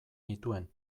nituen